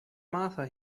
martha